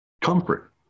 comfort